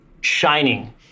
shining